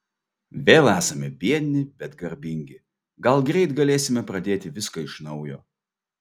vėl esame biedni bet garbingi gal greit galėsime pradėti viską iš naujo